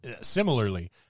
similarly